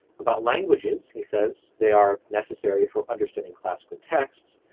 about languages, he says they are necessary for understanding classical texts,